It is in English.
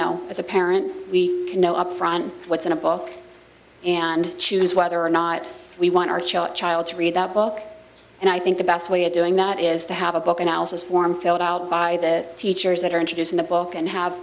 know as a parent we know upfront what's in a book and choose whether or not we want our child child to read that book and i think the best way of doing that is to have a book analysis form filled out by the teachers that are introduced in the book and have